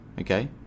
Okay